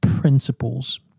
principles